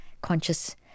conscious